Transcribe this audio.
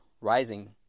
rising